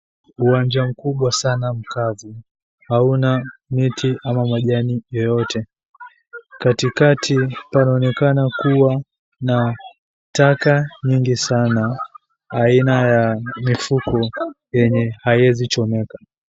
Uwanja mkubwa Sana. mkavu hauna miti ama majani yoyote. Katikati panaonekana kuwa na taka nyingi sana aina ya mifuko yenye haiwezi chomeka.